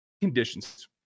conditions